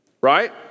right